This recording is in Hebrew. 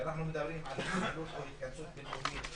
שאנחנו מדברים על התקהלות או התכנסות בין-לאומית,